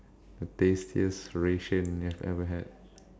the tastiest ration you have ever had